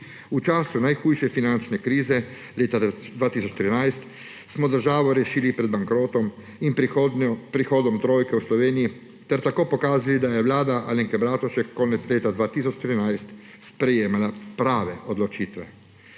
V času najhujše finančne krize leta 2013 smo državo rešili pred bankrotom in prihodom trojke v Slovenijo ter tako pokazali, da je vlada Alenke Bratušek konec leta 2013 sprejemala prave odločitve.